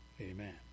Amen